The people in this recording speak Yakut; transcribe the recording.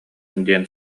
диэн